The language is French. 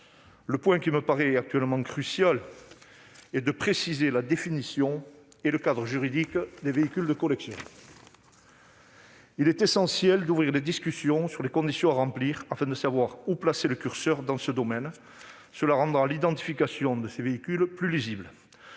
minime. Il me paraît aujourd'hui crucial de préciser la définition et le cadre juridique des véhicules de collection. Il est essentiel d'ouvrir des discussions sur les conditions à remplir, afin de savoir où placer le curseur en la matière. Cela rendra l'identification de ces véhicules plus facile.